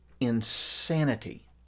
insanity